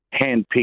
handpicked